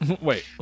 wait